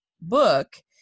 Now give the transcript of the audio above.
book